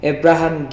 Abraham